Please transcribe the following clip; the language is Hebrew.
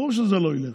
ברור שזה לא ילך,